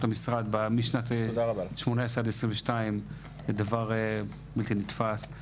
המשרד משנת 2018 עד 2022. זה דבר בלתי נתפס.